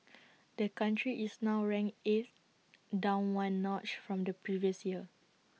the country is now ranked eighth down one notch from the previous year